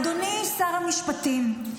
אדוני שר המשפטים,